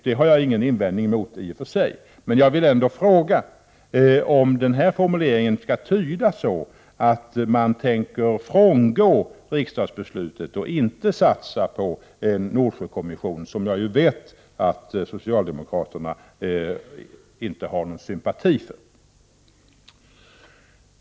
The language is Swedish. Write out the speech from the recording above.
Det har jag i och för sig ingen invändning emot, men jag vill ändå fråga om denna formulering skall tydas så att man tänker frångå riksdagsbe slutet och inte satsa på en Nordsjökommission, som jag vet att socialdemokraterna inte har någon sympati för.